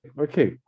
Okay